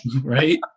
right